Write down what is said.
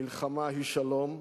מלחמה היא שלום.